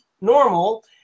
normal